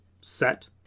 set